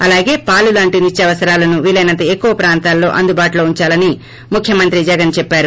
అలాగే పాలు లాంటి నిత్యావసరాలను వీలైనంత ఎక్కువ ప్రాంతాల్లో అందుబాటులో ఉందాలని ముఖ్యమంత్రి జగన్ చెప్పారు